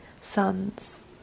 son's